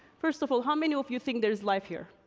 first of all, how many of you think there is life here?